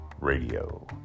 Radio